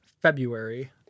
February